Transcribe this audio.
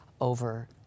over